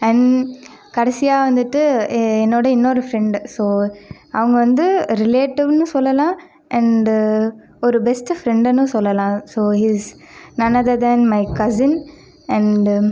and கடைசியாக வந்துட்டு என்னோடய இன்னொரு ஃப்ரெண்டு சோ அவங்க வந்து ரிலேட்டிவ்னு சொல்லெலாம் அண்ட் ஒரு பெஸ்ட் ஃப்ரெண்டுனும் சொல்லெலாம் so he is none other then my cousin and